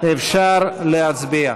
אפשר להצביע.